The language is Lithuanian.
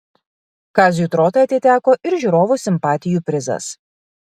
kaziui trotai atiteko ir žiūrovų simpatijų prizas